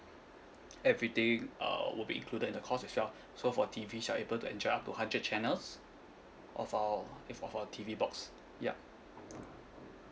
everything uh would be included in the cost as well so for T_V we are able to enjoy up to hundred channels of our with our T_V box yup